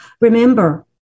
remember